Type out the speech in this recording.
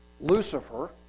Lucifer